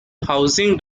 housing